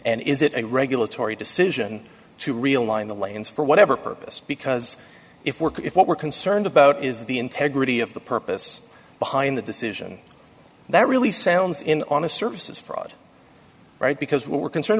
and is it a regulatory decision to realign the lanes for whatever purpose because if work if what we're concerned about is the integrity of the purpose behind the decision that really sounds in on a services fraud right because we're concerned